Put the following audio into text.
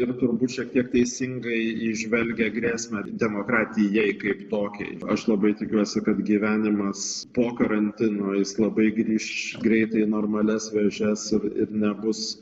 ir turbūt šiek tiek teisingai įžvelgia grėsmę demokratijai kaip tokiai aš labai tikiuosi kad gyvenimas po karantino jis labai grįš greitai normalias vėžes ir nebus